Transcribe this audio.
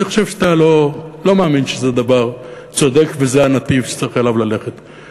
אני חושב שאתה לא מאמין שזה דבר צודק וזה הנתיב שצריך ללכת בו.